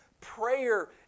Prayer